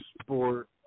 sport